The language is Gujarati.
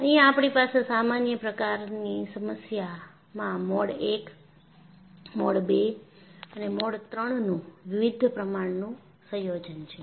અહિયાં આપણી પાસે સામાન્ય પ્રકારની સમસ્યામાં મોડ I મોડ II અને મોડ III નું વિવિધ પ્રમાણનું સંયોજન છે